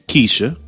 Keisha